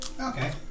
Okay